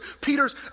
Peter's